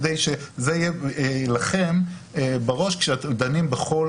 כדי שזה יהיה לכם בראש כשאתם דנים בכל